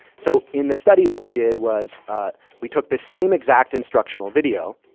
so in this study, what we did was ah we took this same exact instructional video,